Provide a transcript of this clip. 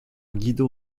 guido